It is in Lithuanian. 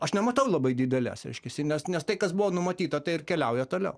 aš nematau labai didelės reiškiasi nes nes tai kas buvo numatyta tai ir keliauja toliau